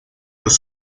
los